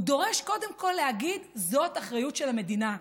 הוא דורש קודם כול להגיד: זאת אחריות של המדינה.